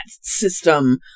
system